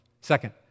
Second